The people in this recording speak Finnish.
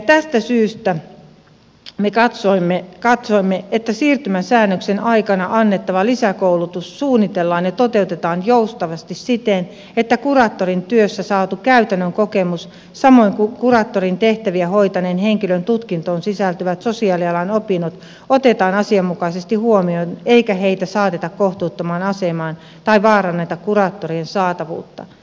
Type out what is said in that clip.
tästä syystä me katsoimme että siirtymäsäännöksen aikana annettava lisäkoulutus suunnitellaan ja toteutetaan joustavasti siten että kuraattorin työssä saatu käytännön kokemus samoin kuin kuraattorin tehtäviä hoitaneen henkilön tutkintoon sisältyvät sosiaalialan opinnot otetaan asianmukaisesti huomioon eikä heitä saateta kohtuuttomaan asemaan tai vaaranneta kuraattorien saatavuutta